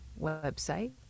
website